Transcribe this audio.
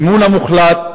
המוחלט,